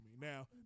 Now